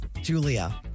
Julia